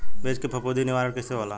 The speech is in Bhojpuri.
बीज के फफूंदी निवारण कईसे होला?